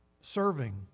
serving